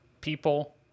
people